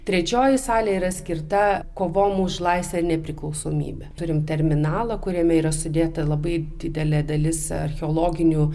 trečioji salė yra skirta kovom už laisvę nepriklausomybę turim terminalą kuriame yra sudėta labai didelė dalis archeologinių